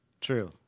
True